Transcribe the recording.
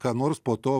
ką nors po to